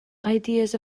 ideas